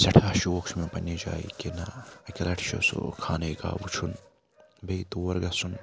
سٮ۪ٹھاہ شوق چھُ مےٚ پَنٛنہِ جایہِ کہ نہ اَکہِ لَٹہِ چھُ سُہ خانَے کعب وٕچھُن بیٚیہِ طور گَژھُن